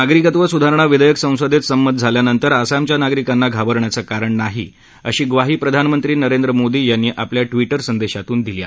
नागरिकत्व सुधारणा विधेयक संसदेत संमत झाल्या नंतर आसामच्या नागरिकांना घाबरण्याचं कारण नाही अशी ग्वाही प्रधानमंत्री नरेंद्र मोदी यांनी आपल्या ट्विटर संदेशात दिली आहे